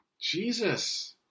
Jesus